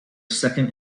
second